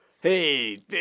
Hey